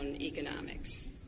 economics